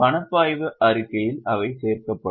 பணப்பாய்வு அறிக்கையில் அவை சேர்க்கப்படும்